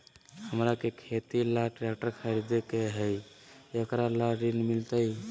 हमरा के खेती ला ट्रैक्टर खरीदे के हई, एकरा ला ऋण मिलतई?